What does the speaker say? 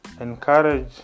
encourage